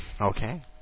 Okay